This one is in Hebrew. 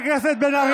את כתבת על זה משהו?